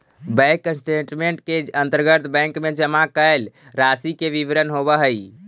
bank statement के अंतर्गत bank में जमा कैल राशि के विवरण होवऽ हइ